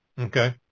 Okay